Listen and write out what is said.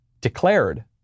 declared